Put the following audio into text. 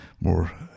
more